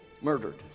murdered